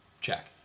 Check